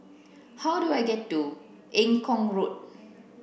how do I get to Eng Kong Road